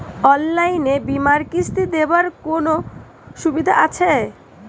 অনলাইনে বীমার কিস্তি দেওয়ার কোন সুবিধে আছে?